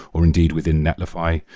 or indeed within netlify,